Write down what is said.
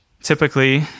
Typically